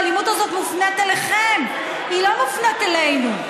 והאלימות הזאת מופנית אליכם, היא לא מופנית אלינו,